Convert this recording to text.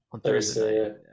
Thursday